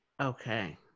Okay